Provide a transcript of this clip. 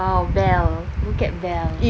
!wow! belle look at belle